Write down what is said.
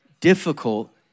Difficult